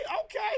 okay